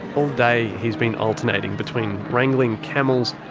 all day he's been alternating between wrangling camels,